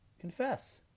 Confess